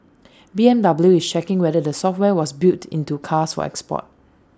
B M W is checking whether the software was built into cars for export